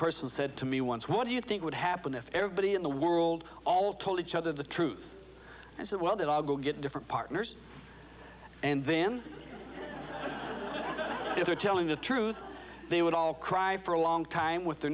person said to me once what do you think would happen if everybody in the world all told each other the truth and said well that i'll get different partners and then if they're telling the truth they would all cry for a long time with their